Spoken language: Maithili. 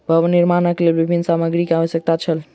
भवन निर्माणक लेल विभिन्न सामग्री के आवश्यकता छल